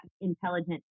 intelligent